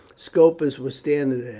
scopus was standing there.